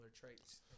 traits